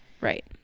Right